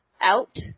out